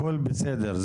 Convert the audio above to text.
הכול בסדר.